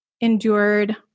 endured